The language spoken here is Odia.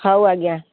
ହେଉ ଆଜ୍ଞା